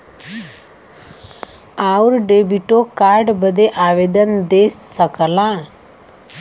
आउर डेबिटो कार्ड बदे आवेदन दे सकला